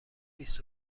بیست